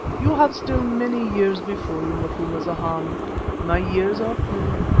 you have still many years before you, macumazahn my years are few.